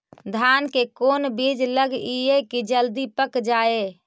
धान के कोन बिज लगईयै कि जल्दी पक जाए?